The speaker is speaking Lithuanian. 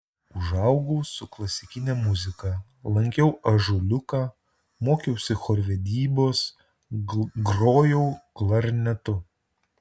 užaugau su klasikine muzika lankiau ąžuoliuką mokiausi chorvedybos grojau klarnetu